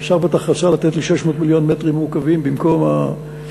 האוצר בטח רצה לתת לי 600 מיליון מטרים מעוקבים במקום המיליונים,